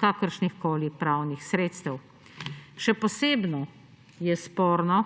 kakršnihkoli pravnih sredstev. Še posebno je sporno